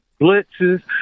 blitzes